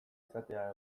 izatea